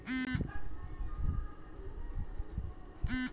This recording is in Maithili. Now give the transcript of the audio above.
भारतीय कर कानून एवं नियममे अनेक प्रकारक छूटक प्रावधान सेहो कयल गेल छै